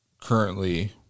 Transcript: currently